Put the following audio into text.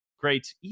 Great